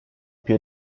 più